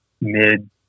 mid